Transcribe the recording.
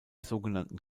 sogenannten